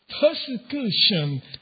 persecution